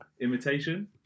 imitation